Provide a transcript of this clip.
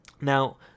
now